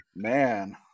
man